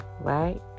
right